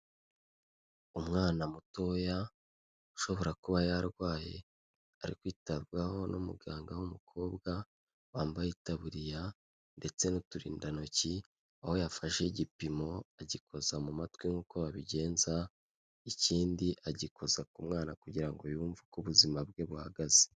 Umwana mutoya ushobora kuba yarwaye, ari kwitabwaho n'umuganga w'umukobwa, wambaye itaburiya ndetse n'uturindantoki, aho yafashe igipimo agikoza mu matwi nk'uko abigenza, ikindi agikoza ku mwana kugira ngo yumve uko ubuzima bwe buhagaze.